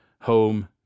home